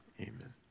amen